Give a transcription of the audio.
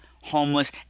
Homeless